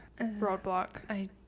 roadblock